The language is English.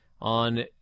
on